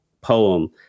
poem